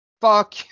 Fuck